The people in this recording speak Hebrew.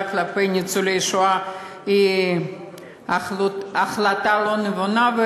כלפי ניצולי שואה היא החלטה לא נבונה.